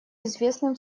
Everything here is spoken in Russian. известным